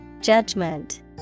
Judgment